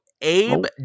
Abe